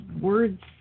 Words